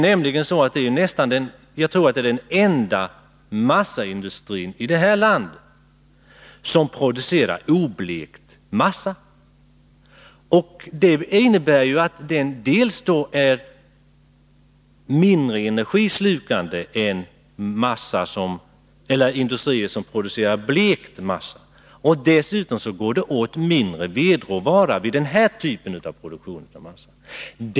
Förmodligen är det den enda massaindustri i det här landet som producerar oblekt massa. Det innebär att denna industri är mindre energislukande än industrier som producerar blekt massa. Dessutom går det åt mindre av vedråvara med den här typen av massaproduktion.